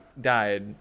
died